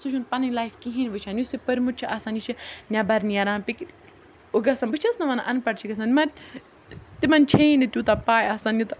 سُہ چھُنہٕ پنٕنۍ لایف کِہیٖنۍ وٕچھان یُس یہِ پٔرۍمُت چھُ آسان یہِ چھِ نیٚبَر نیران گژھان بہٕ چھَس نہٕ وَنان اَن پَڑھ چھِ گژھان تِمَن چھَییی نہٕ تیوٗتاہ پَے آسان یوٗتاہ